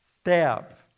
step